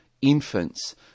infants